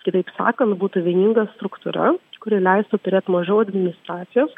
kitaip sakant būtų vieninga struktūra kuri leistų turėt mažiau administracijos